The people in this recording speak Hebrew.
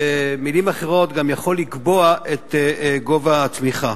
במלים אחרות, גם יכול לקבוע את גובה התמיכה.